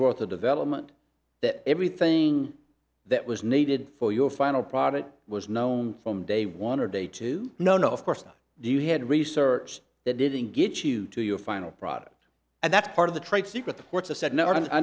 worth of development that everything that was needed for your final product was known from day one or day two no no of course not do you had research that didn't get you to your final product and that's part of the trade secret